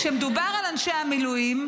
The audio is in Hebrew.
כשמדובר על אנשי המילואים,